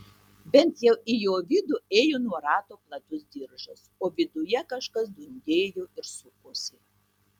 bent jau į jo vidų ėjo nuo rato platus diržas o viduje kažkas dundėjo ir sukosi